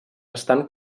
estan